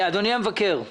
אדוני המבקר.